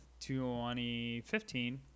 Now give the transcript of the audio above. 2015